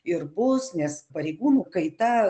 ir bus nes pareigūnų kaita